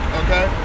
okay